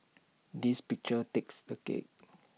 this picture takes the cake